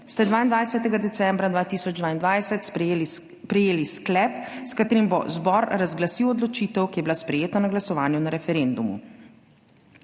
ste 22. decembra 2022 prejeli sklep, s katerim bo zbor razglasil odločitev, ki je bila sprejeta na glasovanju na referendumu.